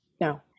No